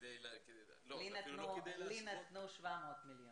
כדי --- לי אמרו 700 מיליון.